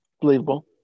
believable